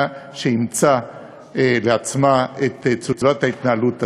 שאימצה לעצמה את צורת ההתנהלות הזאת,